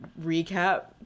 recap